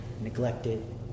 neglected